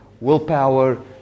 willpower